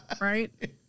right